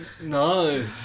No